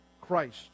Christ